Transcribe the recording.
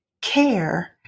care